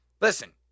listen